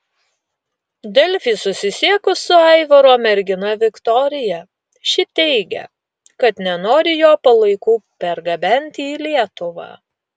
delfi susisiekus su aivaro mergina viktorija ši teigė kad nenori jo palaikų pergabenti į lietuvą